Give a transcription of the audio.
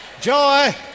Joy